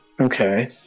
okay